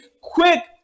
quick